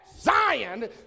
Zion